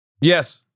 Yes